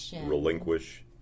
relinquish